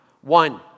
One